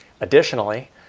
additionally